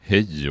Hej